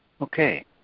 Okay